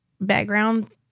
background